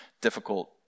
difficult